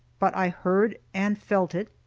but i heard and felt it,